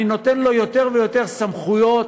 אני נותן לו יותר ויותר סמכויות.